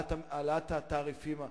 שהעלאת התעריפים הזאת,